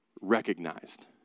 recognized